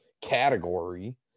category